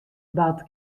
bard